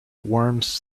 worms